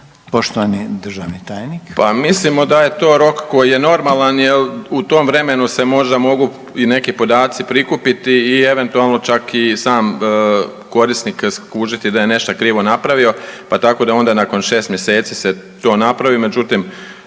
Poštovani državni tajnik. **Jelić, Dragan** Pa mislimo da je to rok koji je normalan jel u tom vremenu se možda mogu i neki podaci prikupiti i eventualno čak i sam korisnik skužiti da je nešto krivo napravio, pa tako da onda nakon 6 mjeseci se to napravi, međutim